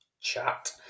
chat